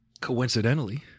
Coincidentally